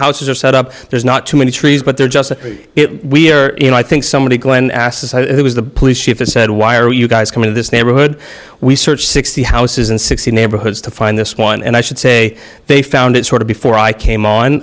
houses are set up there's not too many trees but they're just it we're you know i think somebody glen asked who was the police chief that said why are you guys coming to this neighborhood we search sixty houses and sixty neighborhoods to find this one and i should say they found it sort of before i came on